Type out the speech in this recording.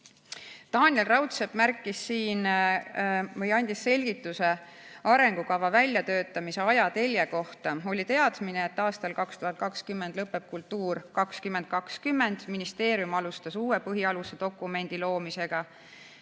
Taaniel Raudsepp andis selgituse arengukava väljatöötamise ajatelje kohta. Oli teadmine, et aastal 2020 lõpeb "Kultuur 2020", ja ministeerium alustas uue põhialuste dokumendi loomist.